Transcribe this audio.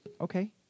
okay